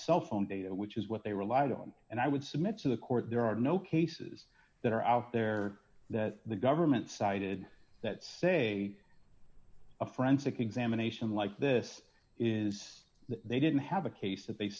cell phone data which is what they relied on and i would submit to the court there are no cases that are out there that the government cited that say a forensic examination like this is that they didn't have a case that they